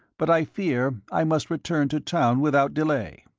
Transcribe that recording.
but i fear i must return to town without delay.